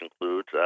includes